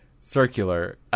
circular